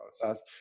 process